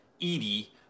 Edie